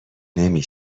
نمی